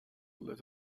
let